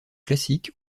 classique